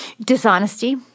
Dishonesty